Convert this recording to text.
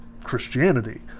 Christianity